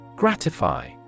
Gratify